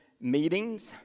meetings